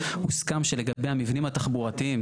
הוסכם שלגבי המבנים התחבורתיים,